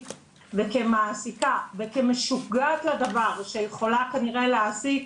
וכמעסיקה וכשמשוגעת לדבר שיכולה כנראה להעסיק,